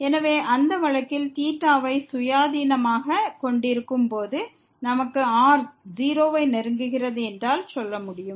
எனவே அந்த வழக்கில் வை சுயாதீனமாக கொண்டிருக்கும் போது நமக்கு r 0 வை நெருங்குகிறது என்றால் சொல்ல முடியும்